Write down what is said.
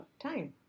time